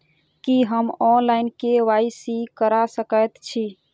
की हम online, KYC करा सकैत छी?